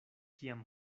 kiam